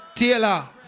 Taylor